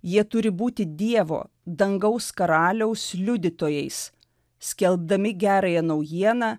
jie turi būti dievo dangaus karaliaus liudytojais skelbdami gerąją naujieną